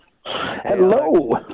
Hello